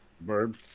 Bird